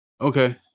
Okay